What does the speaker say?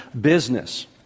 business